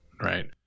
right